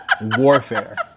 Warfare